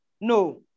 No